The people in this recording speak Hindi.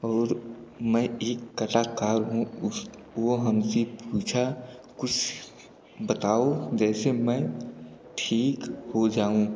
और मैं एक कलाकार हूँ उस वो हमसे पूछा कुछ बताओ जिससे मैं ठीक हो जाऊँ